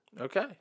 Okay